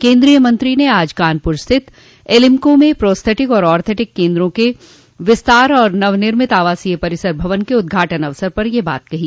केन्द्रीय मंत्री ने आज कानपुर स्थित एलिम्को में पोस्थेटिक और ऑर्थोटिक केन्द्र के विस्तार और नवनिर्मित आवासीय परिसर भवन के उद्घाटन अवसर पर यह बात कही